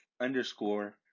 underscore